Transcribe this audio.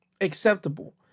acceptable